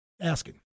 asking